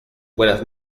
buenas